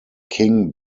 king